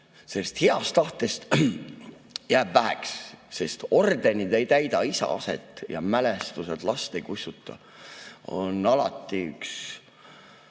Sellest heast tahtest jääb väheks, sest ordenid ei täida isa aset ja mälestused last ei kussuta. See on üks